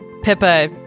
Pippa